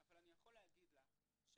אבל אני יכול להגיד לך שהמנגנון